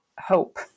hope